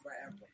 forever